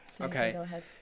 Okay